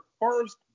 first